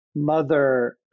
Mother